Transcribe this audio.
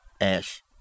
ash